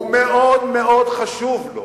ומאוד מאוד חשוב לו